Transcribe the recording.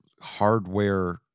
hardware